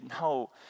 no